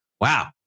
wow